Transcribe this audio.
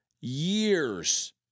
years